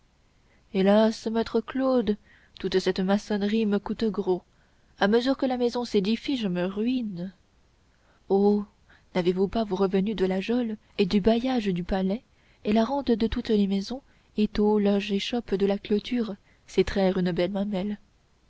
hélas maître claude toute cette maçonnerie me coûte gros à mesure que la maison s'édifie je me ruine ho n'avez-vous pas vos revenus de la geôle et du bailliage du palais et la rente de toutes les maisons étaux loges échoppes de la clôture c'est traire une belle mamelle